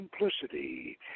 simplicity